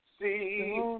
see